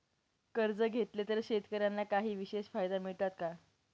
कर्ज घेतले तर शेतकऱ्यांना काही विशेष फायदे मिळतात का?